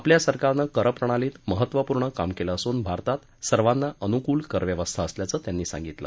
आपल्या सरकारनं करप्रणालीत महत्वपूर्ण काम केलं असून भारतात सर्वांना अनुकूल कर व्यवस्था असल्याच त्यांनी सांगितलं